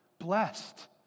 blessed